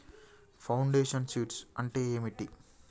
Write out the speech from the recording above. Foundation seeds అంటే ఏంటి?